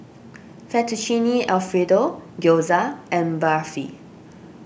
Fettuccine Alfredo Gyoza and Barfi